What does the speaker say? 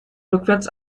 rückwärts